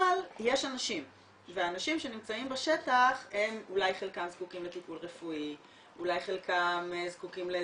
אבל יש א נשים והאנשים שנמצאים בשטח הם אולי חלקם זקוקים לטיפול רפואי,